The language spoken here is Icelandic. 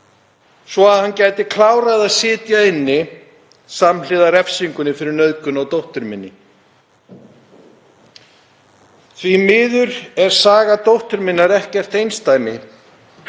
svo hann gæti klárað að sitja inni samhliða refsingunni fyrir að nauðga dóttur minni. Því miður er saga dóttur minnar ekkert einsdæmi